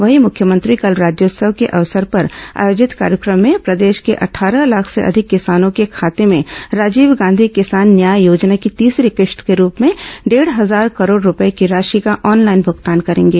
वहीं मुख्यमंत्री कल राज्योत्सव के अवसर पर आयोजित कार्यक्रम में प्रदेश के अट्ठारह लाख से अधिक किसानों के खाते में राजीव गांधी किसान न्याय योजना की तीसरी किश्त के रूप में डेढ हजार करोड रूपये की राशि का ऑनलाइन भूगतान करेंगे